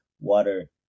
water